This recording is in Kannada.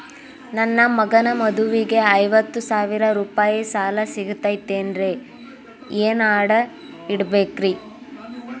ನನ್ನ ಮಗನ ಮದುವಿಗೆ ಐವತ್ತು ಸಾವಿರ ರೂಪಾಯಿ ಸಾಲ ಸಿಗತೈತೇನ್ರೇ ಏನ್ ಅಡ ಇಡಬೇಕ್ರಿ?